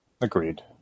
Agreed